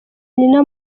nina